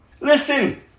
Listen